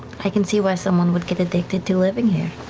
i can see why someone would get addicted to living here.